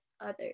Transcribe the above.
others